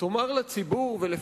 תאמר לציבור את האמת,